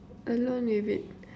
alone with it